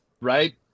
right